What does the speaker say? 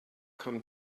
come